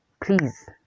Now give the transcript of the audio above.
please